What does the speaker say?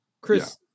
Chris